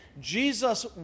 Jesus